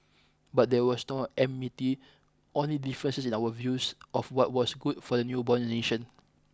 but there was no enmity only differences in our views of what was good for the newborn nation